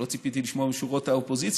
שלא ציפיתי לשמוע משורות האופוזיציה,